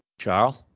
Charles